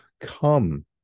come